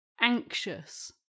anxious